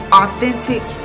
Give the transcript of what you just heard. authentic